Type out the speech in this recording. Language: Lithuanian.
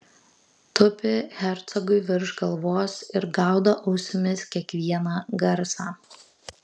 tupi hercogui virš galvos ir gaudo ausimis kiekvieną garsą